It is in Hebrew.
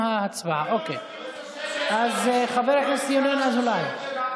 ההצעה לסדר-היום בנושא: שוב פועלים נפגעו בתאונות העבודה,